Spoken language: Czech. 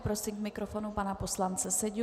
Prosím k mikrofonu pana poslance Seďu.